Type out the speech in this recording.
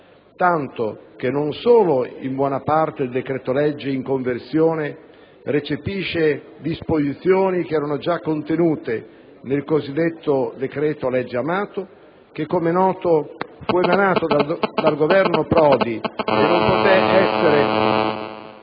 tanto che non solo in buona parte il decreto-legge in conversione recepisce disposizioni che erano già contenute nel cosiddetto decreto-legge Amato, che come è noto fu emanato dal Governo Prodi e non poté essere